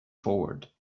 forward